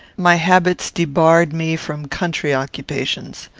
my habits debarred me from country occupations.